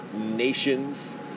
nations